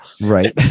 Right